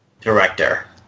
Director